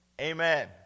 Amen